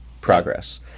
progress